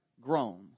grown